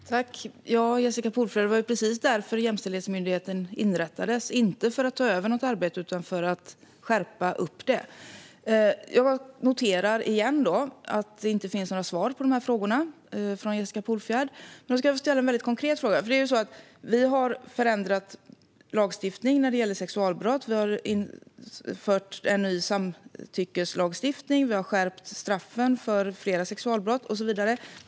Fru talman! Ja, Jessica Polfjärd, det var precis därför Jämställdhetsmyndigheten inrättades, inte för att ta över något arbete utan för att skärpa upp det. Jag noterar igen att jag inte får svar på mina frågor från Jessica Polfjärd. Nu ska jag ställa en väldigt konkret fråga. Vi har förändrat lagstiftningen när det gäller sexualbrott, vi har infört en ny samtyckeslagstiftning, vi har skärpt straffen för flera sexualbrott och så vidare.